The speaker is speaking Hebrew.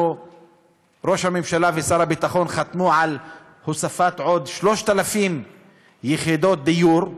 ראש הממשלה ושר הביטחון חתמו על הוספת עוד 3,000 יחידות דיור,